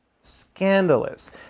Scandalous